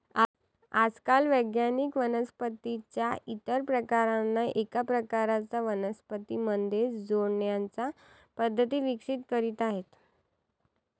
आजकाल वैज्ञानिक वनस्पतीं च्या इतर प्रकारांना एका प्रकारच्या वनस्पतीं मध्ये जोडण्याच्या पद्धती विकसित करीत आहेत